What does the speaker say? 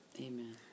Amen